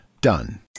Done